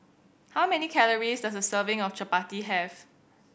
how many calories does a serving of Chappati have